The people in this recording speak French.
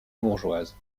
bourgeoise